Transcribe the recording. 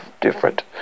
different